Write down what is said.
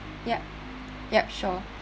ya ya sure